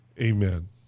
amen